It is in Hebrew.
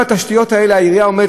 עומדת מאחורי זה.